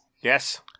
Yes